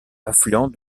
affluent